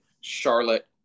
Charlotte